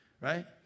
right